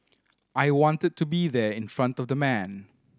I wanted to be there in front of the man